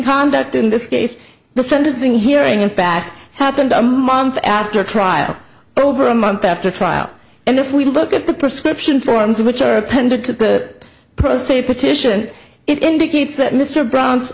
conduct in this case the sentencing hearing in fact happened a month after trial over a month after trial and if we look at the prescription forms which are appended to the prostate petition it indicates that mr bro